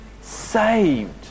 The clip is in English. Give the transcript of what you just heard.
saved